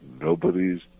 nobody's